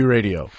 Radio